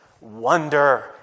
Wonder